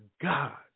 God